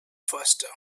faster